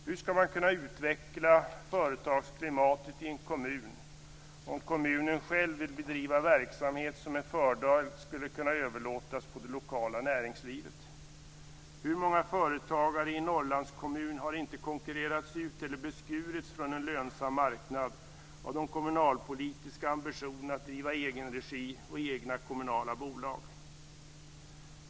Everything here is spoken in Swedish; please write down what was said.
Hur skall man kunna utveckla företagsklimatet i en kommun, om kommunen själv vill bedriva verksamhet som med fördel skulle kunna överlåtas på det lokala näringslivet? Hur många företagare i en Norrlandskommun har inte konkurrerats ut eller beskurits på en lönsam marknad av de kommunalpolitiska ambitionerna att driva i egenregi och ha egna kommunala bolag?